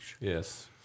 Yes